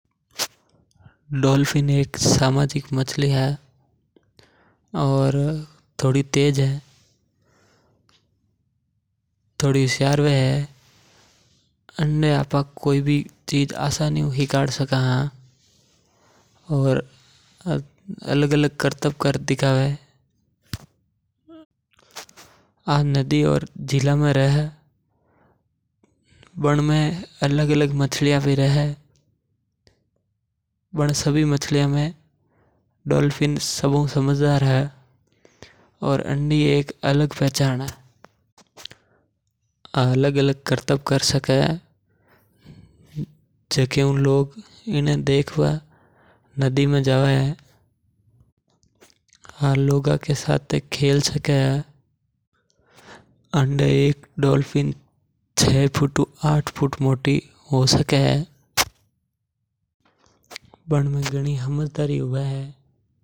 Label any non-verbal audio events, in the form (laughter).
डॉल्फिन एक सामाजिक मछली है और थोड़ी तेज है और थोड़ी हुशियार वे है। (hesitation) अने आपा कोई भी चीज आसानी हु हिकाड़ सका है। (hesitation) और अलग-अलग करतब कर दिखावे है। यो नदी और झीला में रह बणमें अलग-अलग मछलिया भी रह बण सभी मछलिया में डॉल्फिन सबसे समझदार हवे और अन्डी एक अलग पहचान है।